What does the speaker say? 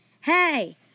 Hey